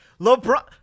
LeBron